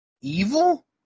Evil